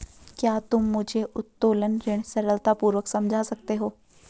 क्या तुम मुझे उत्तोलन ऋण सरलतापूर्वक समझा सकते हो?